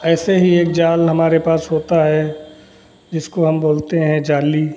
ऐसे ही एक जाल हमारे पास होता है जिसको हम बोलते हैं जाली